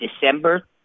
December